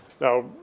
Now